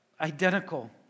identical